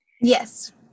Yes